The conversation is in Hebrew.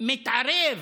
מתערב